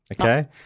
Okay